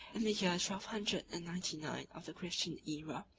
in the year twelve hundred and ninety-nine of the christian aera,